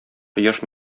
кояш